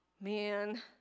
Man